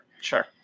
Sure